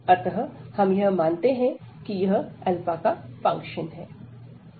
अतः हम यह मानते हैं कि यह का फंक्शन है